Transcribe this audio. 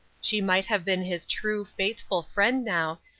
she might have been his true, faithful friend now,